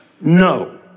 no